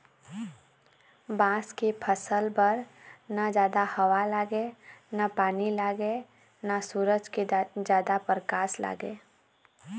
बांस के फसल बर न जादा हवा लागय न पानी लागय न सूरज के जादा परकास लागय